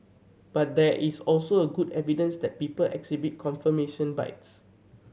but there is also a good evidence that people exhibit confirmation bias